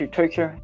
Tokyo